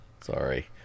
Sorry